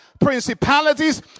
Principalities